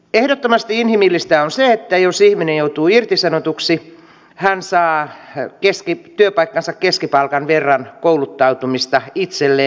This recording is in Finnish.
ehdottomasti inhimillistä on se että jos ihminen joutuu irtisanotuksi hän saa työpaikkansa keskipalkan verran kouluttautumista itselleen